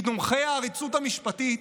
כי תומכי העריצות המשפטית